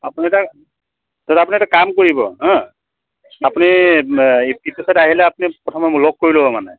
আপুনি এটা দাদা আপুনি এটা কাম কৰিব হা আপুনি এইটো ছাইডে আহিলে আপুনি প্ৰথমে মোক লগ কৰি ল'ব মানে